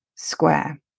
square